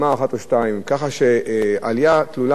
כך שעלייה תלולה במחירי הפירות והירקות,